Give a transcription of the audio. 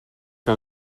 que